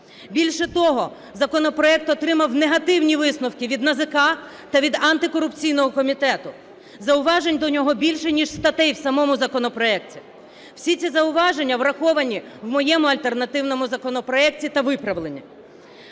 Більше того, законопроект отримав негативні висновки від НАЗК та від антикорупційного комітету. Зауважень до нього більше ніж статей в самому законопроекті. Всі ці зауваження враховані в моєму альтернативному законопроекті та виправлені.